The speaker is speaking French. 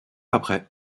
après